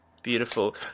Beautiful